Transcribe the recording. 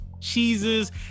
cheeses